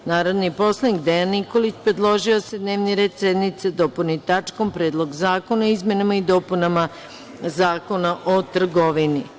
Narodni poslanik Dejan Nikolić predložio je da se dnevni red sednice dopuni tačkom - Predlog zakona o izmenama i dopunama Zakona o trgovini.